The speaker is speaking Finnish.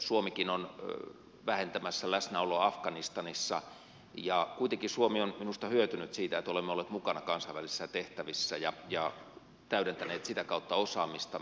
suomikin on vähentämässä läsnäoloa afganistanissa ja kuitenkin suomi on minusta hyötynyt siitä että olemme olleet mukana kansainvälisissä tehtävissä ja täydentäneet sitä kautta osaamistamme